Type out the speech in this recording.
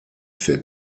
fait